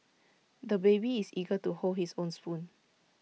the baby is eager to hold his own spoon